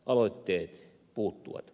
aloitteet puuttuvat